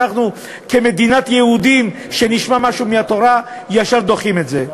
אנחנו כמדינת יהודים שנשמע משהו מהתורה ישר דוחים את זה.